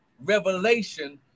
revelation